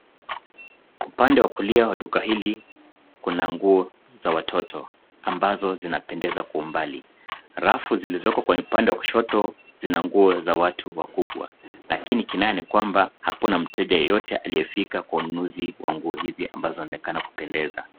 Upande wa kulia wa duka hili kuna nguo za watoto ambazo zinapendeza kwa umbali. Rafu zilizoko kwa upande wa kushoto zina nguo za watu wakubwa lakini kinaya ni kwamba hakuna mteja yeyote aliyefika kwa ununuzi wa nguo hizi ambazo zinaonekana kupendeza.